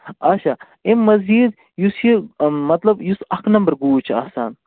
آچھا اَمہِ مزیٖد یُس یہِ مطلب یُس اَکھ نَمبَر گوٗج چھِ آسان